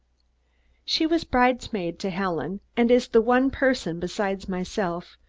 she was bridesmaid to helen and is the one person, besides myself,